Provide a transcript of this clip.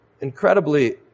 incredibly